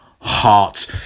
heart